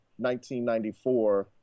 1994